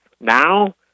Now